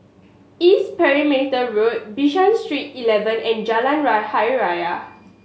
East Perimeter Road Bishan Street Eleven and Jalan Hari Raya